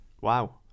Wow